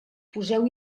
poseu